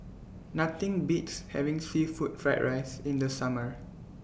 Nothing Beats having Seafood Fried Rice in The Summer